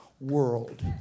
world